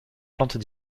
plantes